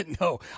No